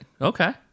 Okay